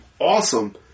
awesome